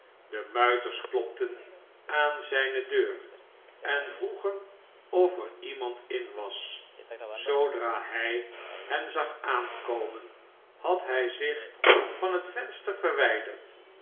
de muiters klopten aan zijne deur en vroegen of er iemand in was zoodra hij hen zag aankomen had hij zich van het venster verwijderd